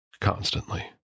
constantly